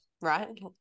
right